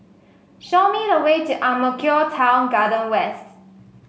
show me the way to Ang Mo Kio Town Garden West